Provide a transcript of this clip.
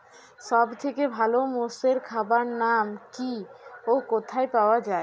সব থেকে ভালো মোষের খাবার নাম কি ও কোথায় পাওয়া যায়?